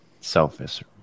selfish